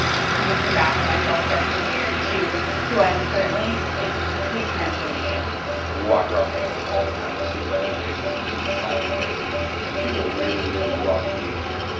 just looking back on myself freshman year, to who i am currently, it's a complete transformation. i will be walking around campus all the time, you see friendly faces. you see smiling faces and people really, really love being here.